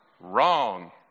Wrong